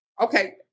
okay